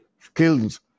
skills